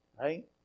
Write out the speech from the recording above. Right